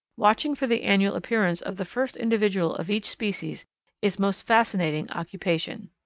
watching for the annual appearance of the first individual of each species is most fascinating occupation.